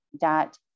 dot